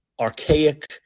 archaic